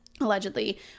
allegedly